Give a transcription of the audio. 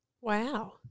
Wow